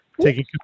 taking